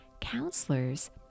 counselors